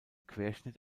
querschnitt